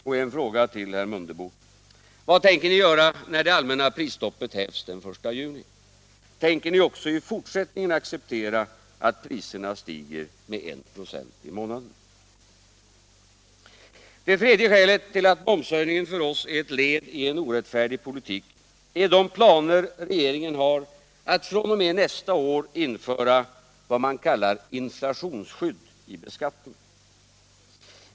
Och en fråga till, herr Mundebo: Vad tänker ni göra när det allmänna prisstoppet hävs den 1 juni? Tänker ni också i fortsättningen acceptera att priserna stiger med 1 96 i månaden? Det tredje skälet till att momshöjningen för oss är ett led i en orättfärdig politik är de planer regeringen har att fr.o.m. 1978 införa s.k. inflationsskydd i beskattningen.